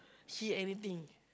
see anything